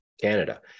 Canada